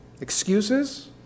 Excuses